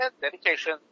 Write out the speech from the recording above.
dedication